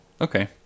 okay